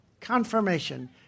confirmation